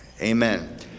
Amen